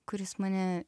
kuris mane